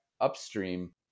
upstream